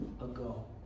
ago